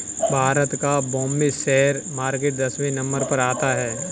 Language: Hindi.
भारत का बाम्बे शेयर मार्केट दसवें नम्बर पर आता है